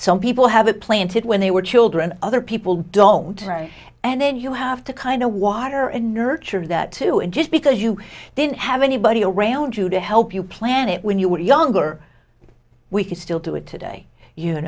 some people have it planted when they were children other people don't and then you have to kind of water and nurture that too and just because you didn't have anybody around you to help you plan it when you were younger we could still do it today you